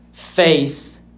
faith